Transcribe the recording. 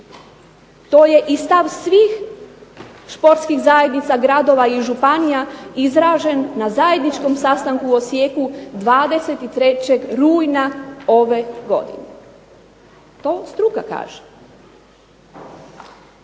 To je i stav svih športskih zajednica, gradova i županija izražen na zajedničkom sastanku u Osijeku 23. rujna ove godine. To struka kaže.